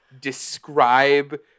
describe